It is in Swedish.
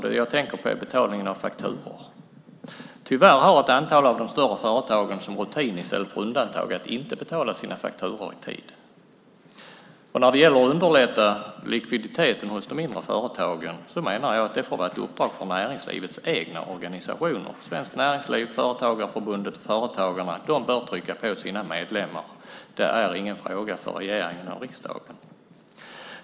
Det jag tänker på är betalningen av fakturor. Tyvärr har ett antal av de större företagen som rutin i stället för undantag att inte betala sina fakturor i tid. När det gäller att underlätta likviditeten hos de mindre företagen menar jag att det är ett uppdrag för näringslivets egna organisationer - Svenskt Näringsliv, Företagarförbundet och Företagarna. De bör trycka på sina medlemmar. Detta är ingen fråga för regeringen och riksdagen.